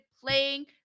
playing